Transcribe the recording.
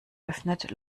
öffnet